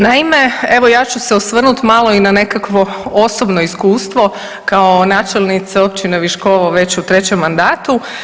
Naime, evo ja ću osvrnut malo i na nekakvo osobno iskustvo kao načelnica općine Viškovo već u 3 mandatu.